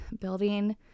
building